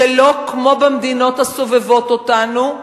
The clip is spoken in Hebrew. שלא כמו במדינות הסובבות אותנו.